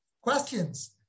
questions